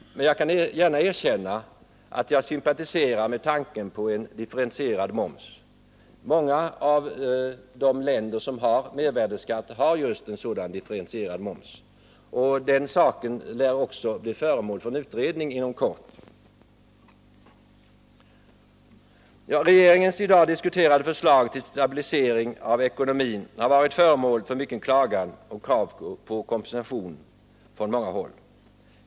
Jag kan gärna erkänna att jag sympatiserar med tanken på en differentierad moms. Många av de länder som har mervärdeskatt har just en differentierad sådan. Den saken lär också bli föremål för en utredning inom kort. varit föremål för mycken klagan och krav på kompensation från många håll.